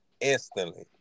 instantly